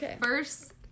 first